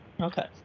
Okay